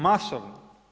Masovno.